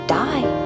die